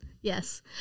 Yes